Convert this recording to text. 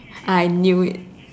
I knew it